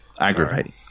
aggravating